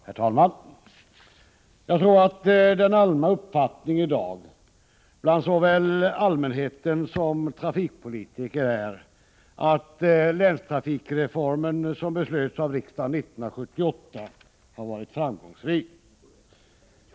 Herr talman! Jag tror att den allmänna uppfattningen i dag bland såväl allmänheten som trafikpolitiker är att länstrafikreformen, som beslöts av riksdagen 1978, har varit framgångsrik.